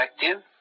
effective